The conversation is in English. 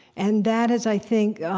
and that is, i think,